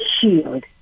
shield